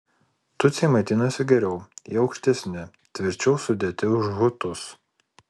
tutsiai maitinosi geriau jie aukštesni tvirčiau sudėti už hutus